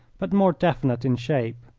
but more definite in shape.